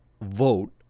vote